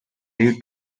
lead